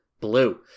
BLUE